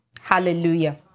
Hallelujah